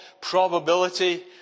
probability